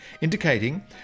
indicating